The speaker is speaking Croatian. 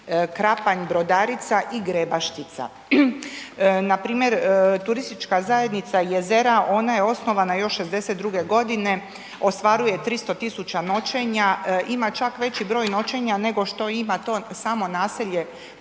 Krapanj, Brodarica i Grebaštica. Na primjer, Turistička zajednica Jezera ona je osnovana još 62. godine. Ostvaruje 300 tisuća noćenja. Ima čak veći broj noćenja, nego što ima to samo naselje